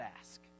ask